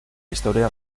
historia